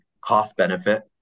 cost-benefit